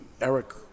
Eric